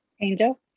angel